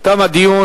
תם הדיון.